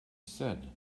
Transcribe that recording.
said